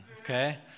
okay